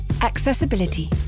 Accessibility